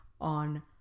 on